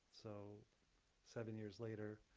so seven years later,